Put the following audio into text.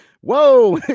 Whoa